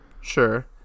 sure